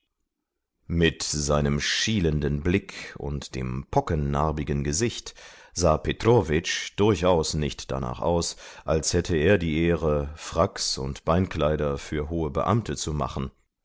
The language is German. mit seinem schielenden blick und dem pockennarbigen gesicht sah petrowitsch durchaus nicht danach aus als hätte er die ehre fracks und beinkleider für hohe beamte zu machen